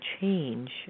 change